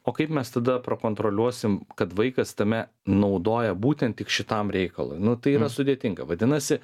o kaip mes tada prakontroliuosim kad vaikas tame naudoja būtent tik šitam reikalui nu tai yra sudėtinga vadinasi